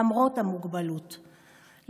למרות המוגבלות,